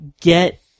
get